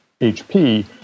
HP